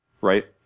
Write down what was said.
Right